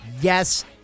Yes